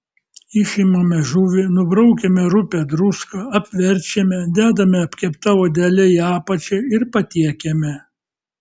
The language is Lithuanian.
išimame žuvį nubraukiame rupią druską apverčiame dedame apkepta odele į apačią ir patiekiame